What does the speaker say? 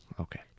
okay